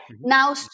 Now